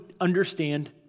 understand